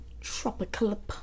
tropical